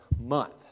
month